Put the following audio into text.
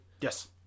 Yes